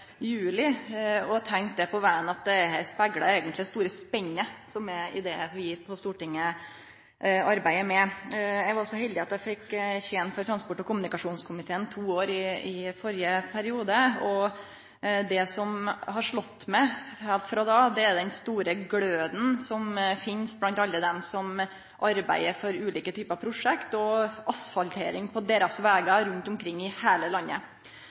det vi arbeider med på Stortinget. Eg var så heldig at eg fekk tene transport- og kommunikasjonskomiteen i to år i førre periode, og det som har slått meg heilt frå då, er den store gløden som finst blant alle dei som arbeider for ulike typar prosjekt og asfaltering på deira vegar rundt omkring i heile landet.